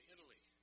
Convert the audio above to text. Italy